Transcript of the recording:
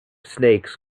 snakes